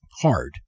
hard